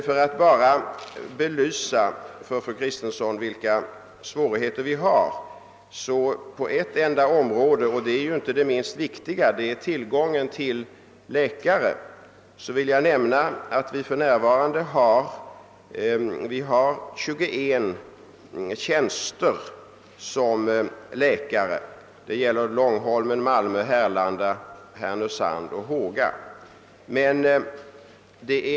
För att belysa för fru Kristensson vilka svårigheter vi har på ett enda område, och inte det minst viktiga, nämligen tillgången på läkare, vill jag nämna att vi för närvarande har 21 läkartjänster avseende Långholmen, Malmö, Härlanda, Härnösand och Håga.